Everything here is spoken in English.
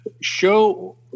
Show